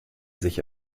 sich